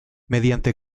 mediante